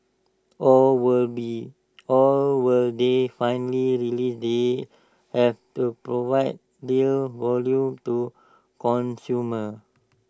or will be or will they finally realise they have to provide real value to consumers